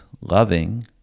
loving